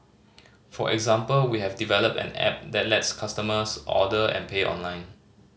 for example we have developed an app that lets customers order and pay online